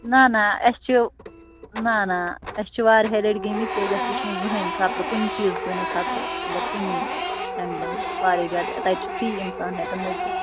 نہَ نہَ اَسہِ چھِ نہَ نہَ اَسہِ چھِ وارِیاہہِ لَٹہِ گٔمٕتۍ کیٛازِ اَسہِ وُچھنہٕ زٕہٕنۍ خطرٕ کُنہِ چیٖزکُے نہَ خطرٕ مطلب کُنی اٮ۪نٛگلَہٕ نہٕ واریاہ زیادٕ تَتہِ چھُ فرٛی اِنسان ہٮ۪کان نٔژِتھ